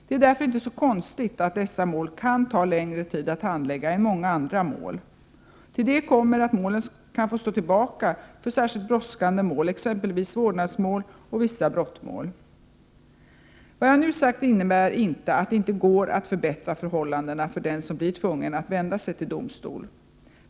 Det är därför inte så konstigt att dessa mål kan ta längre tid att handlägga än många andra mål. Till detta kommer att målen kan få stå tillbaka för särskilt brådskande mål — exempelvis vårdnadsmål och vissa brottmål. Vad jag nu sagt innebär inte att det inte går att förbättra förhållandena för den som blir tvungen att vända sig till domstol.